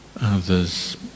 Others